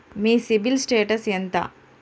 మీ CIBIL status ఎంత?